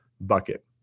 bucket